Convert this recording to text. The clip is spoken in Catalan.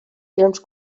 films